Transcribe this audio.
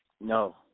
No